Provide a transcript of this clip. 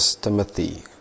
Timothy